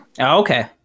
Okay